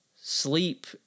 Sleep